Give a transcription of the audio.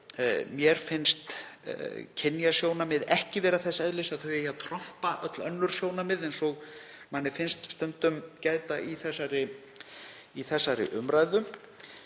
Mér finnst kynjasjónarmið ekki vera þess eðlis að þau eigi að trompa öll önnur sjónarmið eins og manni finnst stundum gæta í þessari umræðu.